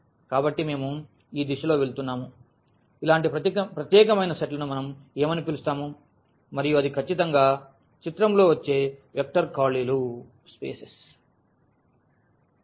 కాబట్టి మేము ఈ దిశలో వెళుతున్నాము ఇలాంటి ప్రత్యేకమైన సెట్లను మనం ఏమని పిలుస్తాము మరియు అది ఖచ్చితంగా చిత్రంలో వచ్చే వెక్టర్ ఖాళీలు స్పేసెస్ spaces